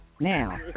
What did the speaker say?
now